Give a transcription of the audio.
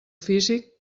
físic